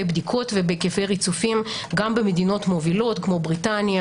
בדיקות ובהיקפי ריצופים גם במדינות מובילות כמו בריטניה,